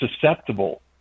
susceptible